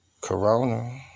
Corona